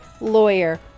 lawyer